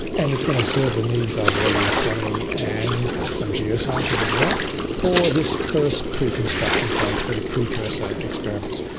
and it's going to serve the needs of radio astronomy and some geosciences as well for this first preconstruction phase, for the precursor experiments.